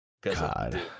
God